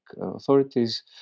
authorities